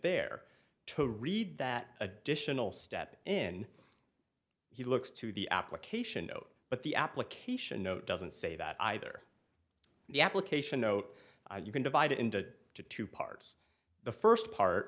there to read that additional step in he looks to the application but the application note doesn't say that either the application note you can divide it into two parts the first part